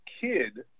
kid